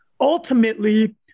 Ultimately